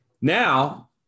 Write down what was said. Now